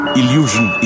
illusion